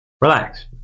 relax